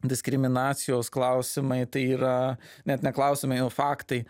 diskriminacijos klausimai tai yra net ne klausimai o faktai